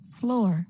floor